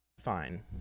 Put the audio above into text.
fine